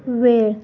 वेळ